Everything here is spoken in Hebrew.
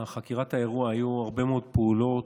על חקירת האירוע היו הרבה מאוד פעולות,